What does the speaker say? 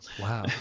wow